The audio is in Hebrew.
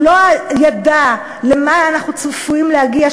הוא לא ידע למה אנחנו צפויים להגיע,